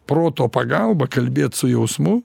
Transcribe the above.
proto pagalba kalbėt su jausmu